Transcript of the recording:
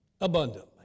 abundantly